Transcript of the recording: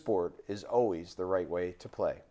sport is always the right way to play